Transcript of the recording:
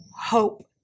hope